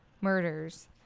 murders